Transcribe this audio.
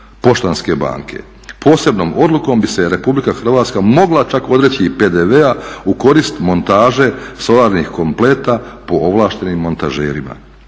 poštanske banke. Posebnom odlukom bi se Republika Hrvatska mogla čak odreći i PDV-a u korist montaže solarnih kompleta po ovlaštenim montažerima.